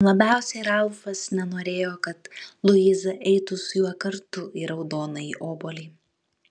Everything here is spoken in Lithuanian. labiausiai ralfas nenorėjo kad luiza eitų su juo kartu į raudonąjį obuolį